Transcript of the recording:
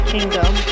Kingdom